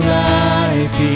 life